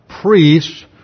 priests